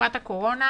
בתקופת הקורונה,